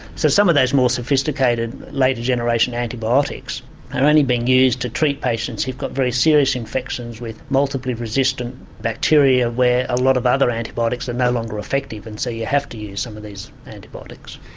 so some of those more sophisticated later generation antibiotics are only being used to treat patients who have got very serious infections with multiple resistant bacteria where a lot of other antibiotics are no longer effective and so you have to use some of these antibiotics.